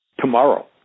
tomorrow